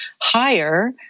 higher